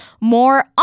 more